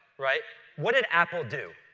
right? what did apple do?